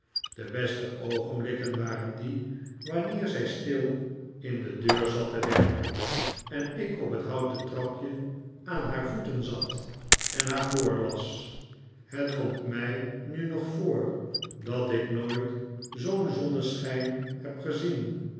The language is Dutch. de beste oogenblikken waren die wanneer zij stil in de deur zat te werken en ik op het houten trapje aan haar voeten zat en haar voorlas het komt mij nu nog voor dat ik nooit zoo'n zonneschijn heb gezien